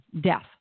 death